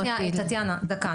שנייה, טטיאנה, דקה.